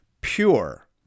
pure